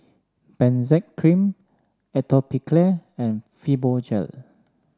Benzac Cream Atopiclair and Fibogel